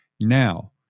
now